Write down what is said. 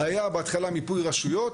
היה בהתחלה מיפוי רשויות,